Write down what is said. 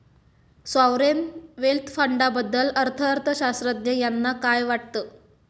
Sovereign wealth फंडाबद्दल अर्थअर्थशास्त्रज्ञ यांना काय वाटतं?